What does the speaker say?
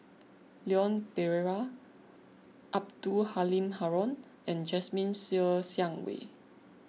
Leon Perera Abdul Halim Haron and Jasmine Ser Xiang Wei